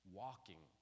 walking